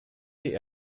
die